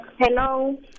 hello